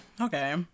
Okay